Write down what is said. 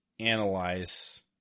analyze